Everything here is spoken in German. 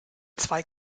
zwei